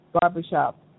barbershop